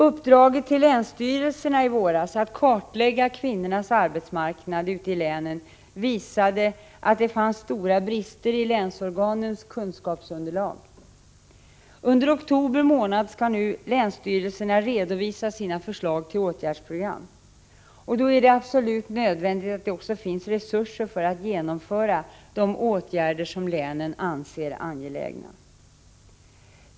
Den kartläggning av kvinnornas arbetsmarknad som länsstyrelserna i våras fick i uppdrag att göra visade att det fanns stora brister i länsorganens kunskapsunderlag. Under oktober månad skall länsstyrelserna redovisa sina förslag till åtgärdsprogram. Det är absolut nödvändigt att det då också finns resurser för genomförande av de åtgärder som länen anser angelägna.